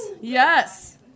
Yes